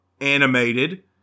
animated